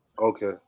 Okay